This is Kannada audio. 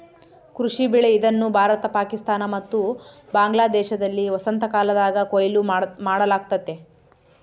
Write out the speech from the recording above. ಕೃಷಿ ಬೆಳೆ ಇದನ್ನು ಭಾರತ ಪಾಕಿಸ್ತಾನ ಮತ್ತು ಬಾಂಗ್ಲಾದೇಶದಲ್ಲಿ ವಸಂತಕಾಲದಾಗ ಕೊಯ್ಲು ಮಾಡಲಾಗ್ತತೆ